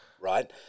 right